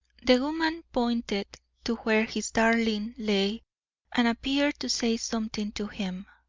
the woman pointed to where his darling lay and appeared to say something to him.